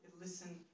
listen